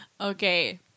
Okay